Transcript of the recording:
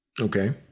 Okay